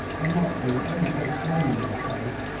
i might be only postponing my fate,